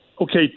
Okay